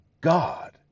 god